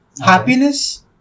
Happiness